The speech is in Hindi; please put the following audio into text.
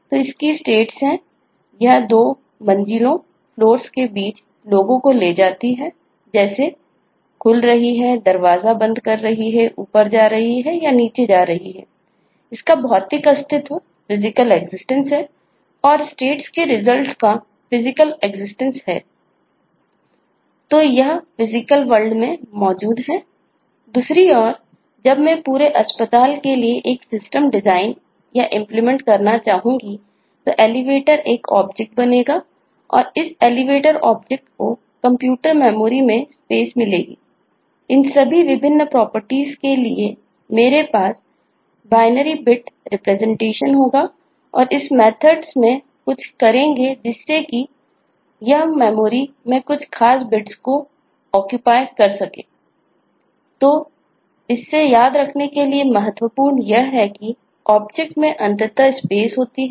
तो इससे याद रखने के लिए महत्वपूर्ण यह है कि ऑब्जेक्ट के संदर्भ में उनके डिजाइन के संदर्भ में बात की है